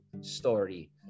story